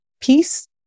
peace